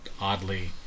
oddly